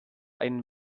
einen